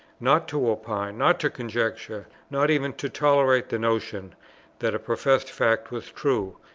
not to opine, not to conjecture, not even to tolerate the notion that a professed fact was true,